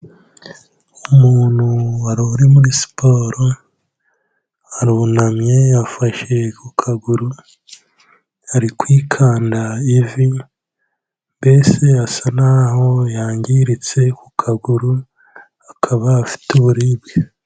Umuntu wari uri muri siporo, arunamye yafashe ku kaguru, ari kwikanda ivi mbese asa n'aho yangiritse ku kaguru, akaba afite uburibwe.